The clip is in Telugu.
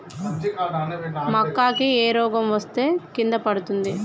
మక్కా కి ఏ రోగం వస్తే కింద పడుతుంది?